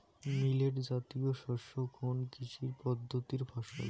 Millet জাতীয় শস্য কোন কৃষি পদ্ধতির ফসল?